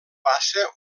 passa